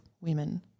women